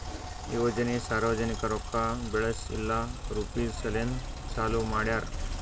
ಯೋಜನೆ ಸಾರ್ವಜನಿಕ ರೊಕ್ಕಾ ಬೆಳೆಸ್ ಇಲ್ಲಾ ರುಪೀಜ್ ಸಲೆಂದ್ ಚಾಲೂ ಮಾಡ್ಯಾರ್